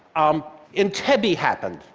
um entebbe happened.